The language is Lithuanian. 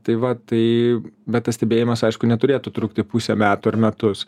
tai va tai bet tas stebėjimas aišku neturėtų trukti pusę metų ar metus